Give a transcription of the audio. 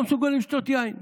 לא מסוגלים לשתות יין,